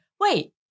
wait